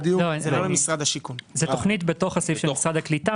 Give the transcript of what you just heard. כזאת: שני-שלישים למשרד השיכון ושליש למשרד הקליטה.